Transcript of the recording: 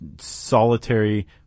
solitary